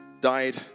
died